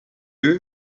two